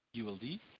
ULD